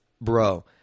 bro